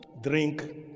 drink